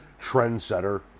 trendsetter